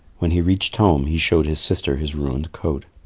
when he reached home, he showed his sister his ruined coat.